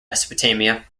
mesopotamia